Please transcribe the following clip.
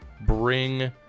bring